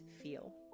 feel